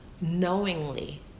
knowingly